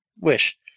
wish